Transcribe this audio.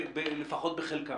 לפחות בחלקה.